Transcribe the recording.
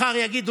מחר יגידו,